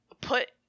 put